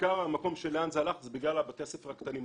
שעיקר המקום של לאן זה הלך זה בגלל בתי הספר הקטנים.